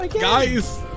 Guys